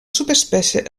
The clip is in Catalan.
subespècie